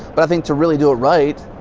but i think to really do it right,